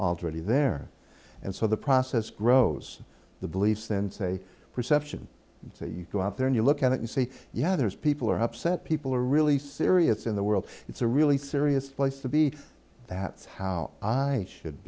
already there and so the process grows the beliefs and say perception so you go out there and you look at it and say yeah there's people are upset people are really serious in the world it's a really serious place to be that how i should